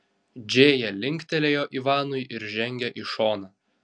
džėja linktelėjo ivanui ir žengė į šoną